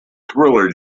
thriller